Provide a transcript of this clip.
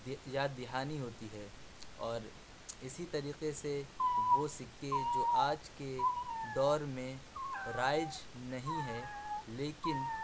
دی یاد دہانی ہوتی ہے اور اِسی طریقے سے وہ سکّے جو آج کے دور میں رائج نہیں ہیں لیکن